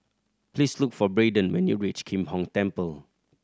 please look for Braiden when you reach Kim Hong Temple